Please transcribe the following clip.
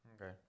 Okay